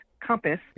compass